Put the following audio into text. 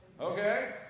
Okay